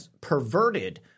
perverted